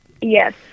Yes